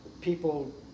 people